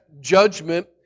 judgment